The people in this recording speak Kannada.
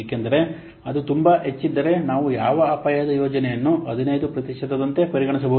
ಏಕೆಂದರೆ ಅದು ತುಂಬಾ ಹೆಚ್ಚಿದ್ದರೆ ನಾವು ಯಾವ ಅಪಾಯದ ಯೋಜನೆಯನ್ನು 15 ಪ್ರತಿಶತದಂತೆ ಪರಿಗಣಿಸಬಹುದು